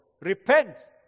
repent